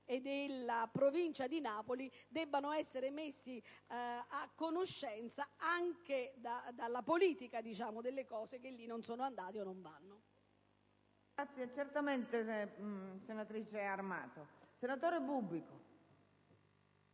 e della provincia di Napoli debbano essere messi a conoscenza anche dalla politica delle cose che lì non sono andate o non vanno.